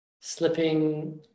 slipping